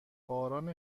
باران